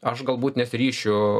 aš galbūt nesiryšiu